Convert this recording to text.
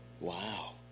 Wow